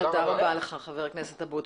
תודה רבה לך, חבר הכנסת אבוטבול.